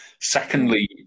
secondly